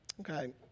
Okay